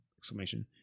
exclamation